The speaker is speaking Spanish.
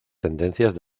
tendencias